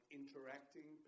interacting